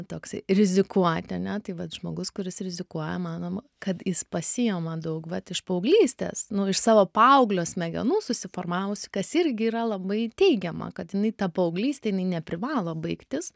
toksai rizikuoti ane tai vat žmogus kuris rizikuoja manoma kad jis pasiima daug vat iš paauglystės nu iš savo paauglio smegenų susiformavusių kas irgi yra labai teigiama kad jinai ta paauglystė jinai neprivalo baigtis